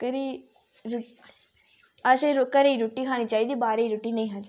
घरै दी रुट्टी असें घरै दी रुट्टी खानी चाहिदी बाह्रै दी रुट्टी नेईं खानी चाहिदी